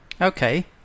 Okay